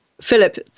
Philip